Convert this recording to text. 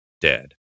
dead